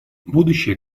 будущее